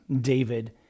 David